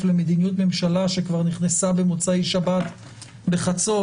למדיניות ממשלה שכבר נכנסה במוצאי שבת בחצות,